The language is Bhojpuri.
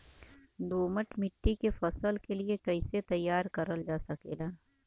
दोमट माटी के फसल के लिए कैसे तैयार करल जा सकेला?